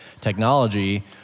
technology